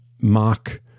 mock